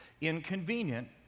inconvenient